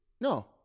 No